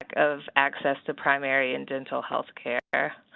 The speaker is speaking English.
like of access to primary and dental healthcare.